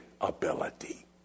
ability